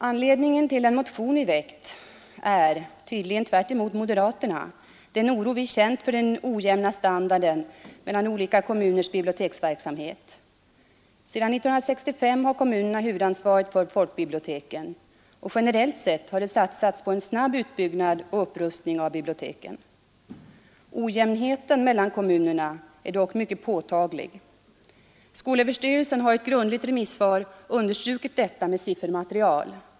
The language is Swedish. Anledningen till den motion vi väckt är den oro vi tydligen i motsats till moderaterna — har känt inför den ojämna standarden mellan olika kommuners biblioteksverksamhet. Sedan 1965 har kommunerna huvudansvaret för folkbiblioteken, och generellt sett har det satsats på en snabb utbyggnad och upprustning av biblioteken. Ojämnheten mellan kommunerna är dock mycket påtaglig. Skolöverstyrelsen har i ett grundligt remissvar understrukit detta med siffermaterial.